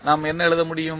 நாம் என்ன எழுத முடியும்